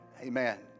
Amen